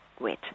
wet